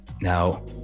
Now